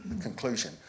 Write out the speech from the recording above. conclusion